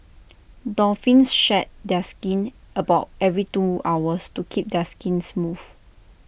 dolphins shed their skin about every two hours to keep their skin smooth